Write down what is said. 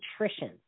nutrition